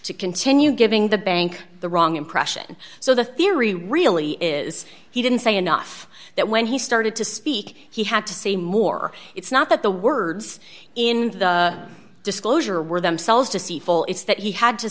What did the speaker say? to continue giving the bank the wrong impression so the theory really is he didn't say enough that when he started to speak he had to say more it's not that the words in the disclosure were themselves to see full it's that he had to